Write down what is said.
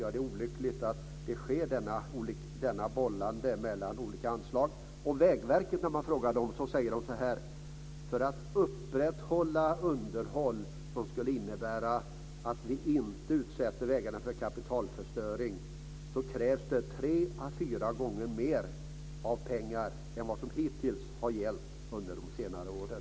Jag tycker att detta bollande mellan olika anslag är olyckligt. När man frågar Vägverket säger man där: För att upprätthålla underhåll som skulle innebära att vi inte utsätter vägarna för kapitalförstöring så krävs det tre à fyra gånger mer pengar än vad som hittills har gällt under de senare åren.